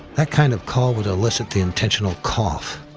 that kind of call would elicit the intentional cough,